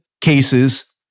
cases